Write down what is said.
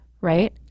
right